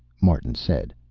martin said.